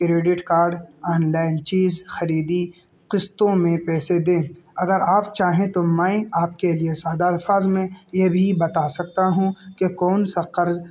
credit card online چیز خریدی قسطوں میں پیسے دیں اگر آپ چاہیں تو میں آپ کے لیے سادہ الفاظ میں یہ بھی بتا سکتا ہوں کہ کون سا قرض